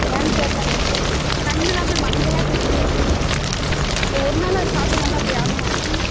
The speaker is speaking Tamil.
ஏன் தெரிலங்க கண்ணெலாம் அப்படியே மங்களாக தெரியுது மேம் அது ஒரு நாள் அது சாப்பிட்டனால அப்படி ஆகும்மா மேம்